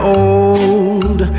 old